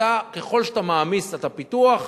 ככל שאתה מעמיס את הפיתוח,